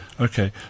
Okay